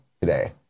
today